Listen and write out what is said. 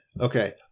okay